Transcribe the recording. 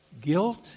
Guilt